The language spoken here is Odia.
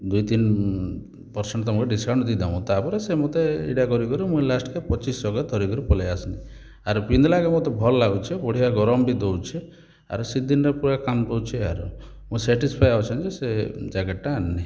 ଦୁଇ ତିନ୍ ପରସେଣ୍ଟ୍ ତମର ଡିସ୍କାଉଣ୍ଟ୍ ଦେଇଁ ଦବୁଁ ତା'ପରେ ସେ ମୋତେ ଏଇଟା କରି କରି ମୁଁ ଲାଷ୍ଟ କେ ପଚିଶିଶହ ଧରିକି ପଲେଇ ଆସିଲି ଆର୍ ପିନ୍ଧିଲା କେ ମୋତେ ଭଲ୍ ଲାଗୁଛି ବଢ଼ିଆ ଗରମ ବି ଦଉଛି ଆର୍ ସେ ଦିନ୍ଟା ପୁରା କାମ ଦଉଛି ଆରୁ ମୁଁ ସାଟିସ୍ଫାଏ ଅଛନ୍ ଯେ ସେ ଜ୍ୟାକେଟ୍ ଆଣିଲି